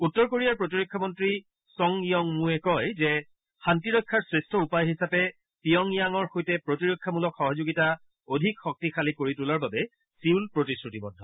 উত্তৰ কোৰিয়াৰ প্ৰতিৰক্ষা মন্ত্ৰী ছং য়ং মূৱে কয় যে শান্তি ৰক্ষাৰ শ্ৰেষ্ঠ উপায় হিচাপে পিয়ংয়াঙৰ সৈতে প্ৰতিৰক্ষামূলক সহযোগিতা অধিক শক্তিশালী কৰি তোলাৰ বাবে ছিউল প্ৰতিশ্ৰুতিবদ্ধ